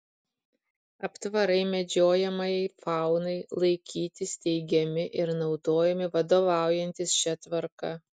aptvarai medžiojamajai faunai laikyti steigiami ir naudojami vadovaujantis šia tvarka